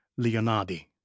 Leonardi